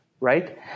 right